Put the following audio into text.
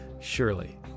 Surely